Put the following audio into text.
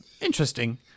interesting